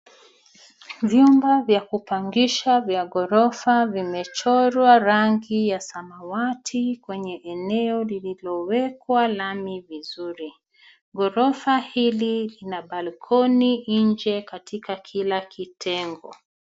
Vyumba vya kupangisha vya gorofa zimechorwa rangi ya samawati kwenye eneo lililowekwa lami vizuri. Gorofa hili kina balkoni nje katika kila kitengo.